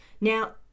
Now